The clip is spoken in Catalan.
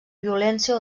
violència